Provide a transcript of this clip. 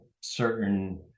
certain